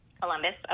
Columbus